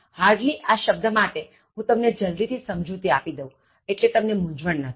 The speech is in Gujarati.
Hardly આ શબ્દ માટે હું તમને જલ્દીથી સમજુતિ આપી દઉં એટલે તમને મૂંઝવણ ન થાય